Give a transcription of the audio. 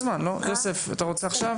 יוסף אתה רוצה עכשיו?